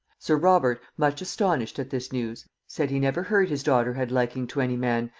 sir robert, much astonied at this news, said he never heard his daughter had liking to any man,